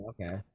okay